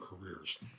careers